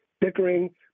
bickering